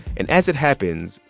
and as it happens,